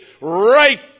right